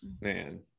man